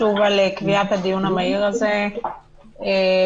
על ידי ועדת החוקה, או